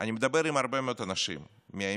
אני מדבר עם הרבה מאוד אנשים מהימין.